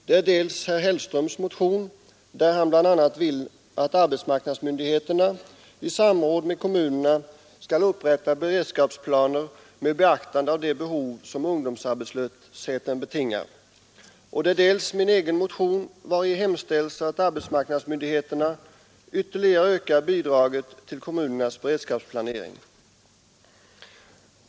Det är dels herr Hellströms motion, där han bl.a. vill att arbetsmarknadsmyndigheterna i samråd med kommunerna skall upprätta beredskapsplaner med beaktande av de behov som ungdomsarbetslösheten betingar, dels min egen motion, vari hemställs att arbetsmarknadsmyndigheterna ytterligare skall öka bidraget till kommunernas beredskapsplanering.